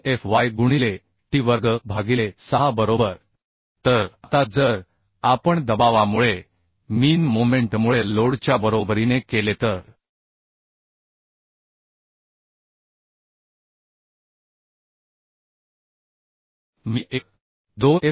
2 f y गुणिले t वर्ग भागिले 6 बरोबर तर आता जर आपण दबावामुळे मीन मोमेंटमुळे लोडच्या बरोबरीने केले तर मी 1